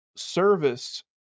Service